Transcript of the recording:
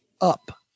up